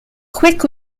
quick